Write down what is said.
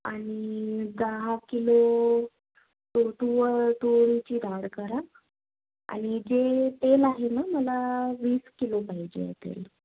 आणि दहा किलो तूर तू तुरीची डाळ करा आणि जे तेल आहे ना मला वीस किलो पाहिजे आहे तेल